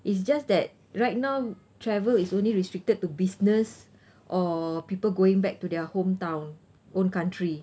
it's just that right now travel is only restricted to business or people going back to their hometown own country